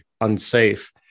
unsafe